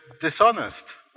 dishonest